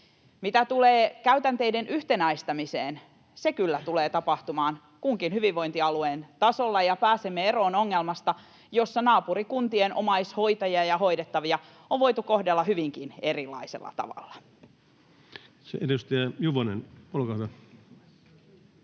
Mitä tulee käytänteiden yhtenäistämiseen, se kyllä tulee tapahtumaan kunkin hyvinvointialueen tasolla ja pääsemme eroon ongelmasta, jossa naapurikuntien omaishoitajia ja ‑hoidettavia on voitu kohdella hyvinkin erilaisella tavalla.